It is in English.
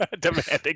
Demanding